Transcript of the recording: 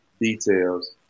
details